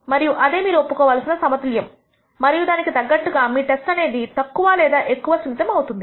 మరియు అదే మీరు ఒప్పుకోవాల్సిన సమతుల్యము మరియు దానికి తగ్గట్టుగా మీ టెస్ట్ అనేది తక్కువ లేదా ఎక్కువ సున్నితము అవుతుంది